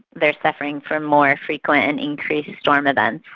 they are suffering from more frequent and increased storm events,